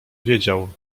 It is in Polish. wiedział